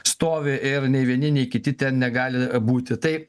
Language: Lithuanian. stovi ir nei vieni nei kiti ten negali būti tai